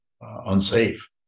unsafe